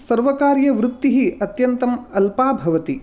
सर्वकारीयवृत्तिः अत्यन्तम् अल्पा भवति